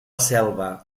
selva